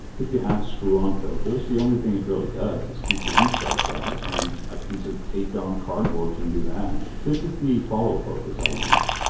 if you have screw on filters the only thing it really does is keep lens flares out and a piece of taped on cardboard can do that. this is the follow focus i use.